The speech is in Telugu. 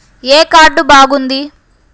ఏ కార్డు బాగుంది?